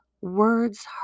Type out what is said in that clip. Words